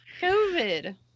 COVID